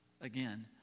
Again